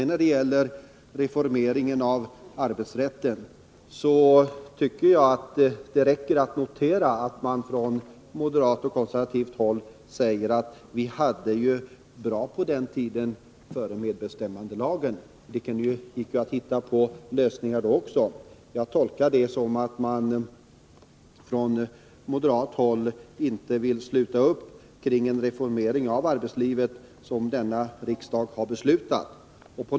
När det gäller reformeringen av arbetsrätten räcker det att notera att man från moderat och konservativt håll säger att vi hade det bra på den tiden, före medbestämmandelagen, och att det också då gick att komma fram till lösningar. Jag tolkar detta så, att man inte vill sluta upp kring en reformering av arbetslivet, som denna riksdag har beslutat om.